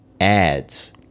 ads